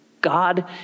God